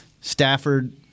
Stafford